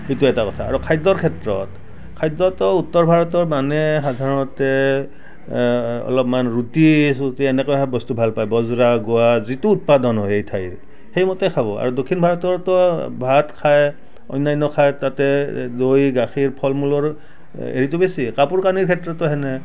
সেইটো এটা কথা আৰু খাদ্যৰ ক্ষেত্ৰত খাদ্যটো উত্তৰ ভাৰতৰ মানুহে সাধাৰণতে অলপমান ৰুটি চুটি এনেকুৱা হেন বস্তু ভাল পায় বাজৰা গোৱাৰ যিটো উৎপাদন হয় সেই ঠাইৰ সেইমতে খাব আৰু দক্ষিণ ভাৰতৰতো ভাত খায় অন্যান্য খায় তাতে দৈ গাখীৰ ফল মূলৰ হেৰিতো বেছি কাপোৰ কানিৰ ক্ষেত্ৰতো সেনে